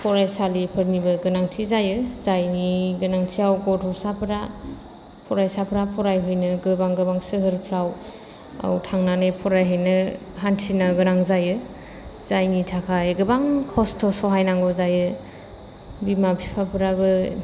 फरायसालिफोरनिबो गोनांथि जायो जायनि गोनांथियाव गथ'साफोरा फरायसाफ्रा फरायफैनो गोबां गोबां सोहोरफ्राव थांनानै फरायहैनो हान्थिनो गोनां जायो जायनि थाखाय गोबां खस्थ' सहायनांगौ जायो बिमा बिफाफोराबो